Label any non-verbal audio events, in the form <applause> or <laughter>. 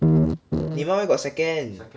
<noise> neymar where got second